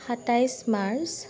সাতাইছ মাৰ্চ